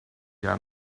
down